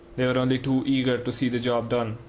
they were only too eager to see the job done.